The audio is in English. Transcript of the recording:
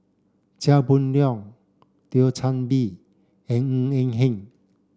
Chia Boon Leong Thio Chan Bee and Ng Eng Hen